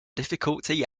difficulty